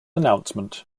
announcement